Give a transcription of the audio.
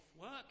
work